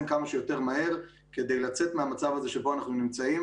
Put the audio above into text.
כמה שיותר מהר כדי לצאת מהמצב הזה שבו אנחנו נמצאים.